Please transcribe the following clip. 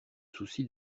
souci